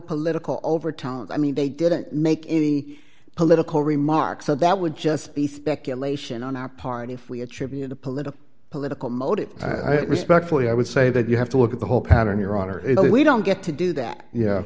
political overtones i mean they didn't make any political remarks so that would just be speculation on our part if we attribute a political political motive i think respectfully i would say that you have to look at the whole pattern your honor if we don't get to do that yeah